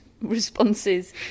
responses